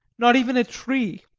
not even a tree,